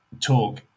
talk